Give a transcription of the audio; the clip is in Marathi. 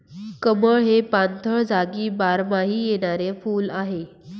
कमळ हे पाणथळ जागी बारमाही येणारे फुल आहे